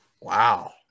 Wow